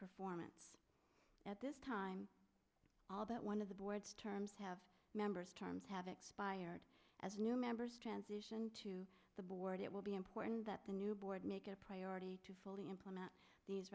performance at this time all that way the board's terms have members terms have expired as new members transition to the board it will be important that the new board make it a priority to fully implement these